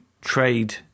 trade